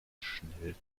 schnell